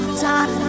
time